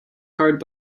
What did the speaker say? card